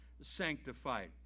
sanctified